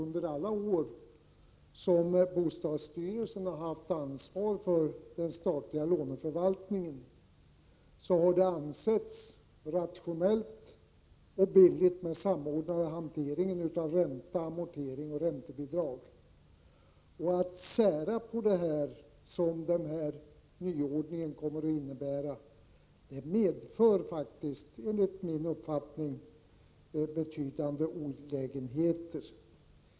Under alla dessa år som bostadsstyrelsen haft ansvaret för den statliga låneförvaltningen har det ansetts rationellt och billigt med samordnad hantering av räntor, amorteringar och räntebidrag. Att sära på dessa, som den föreslagna nyordningen kommer att innebära, medför enligt min uppfattning betydande olägenheter.